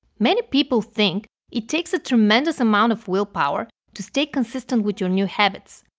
many people think it takes a tremendous amount of willpower to stay consistent with your new habits.